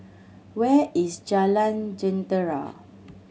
where is Jalan Jentera